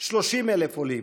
30,000 עולים,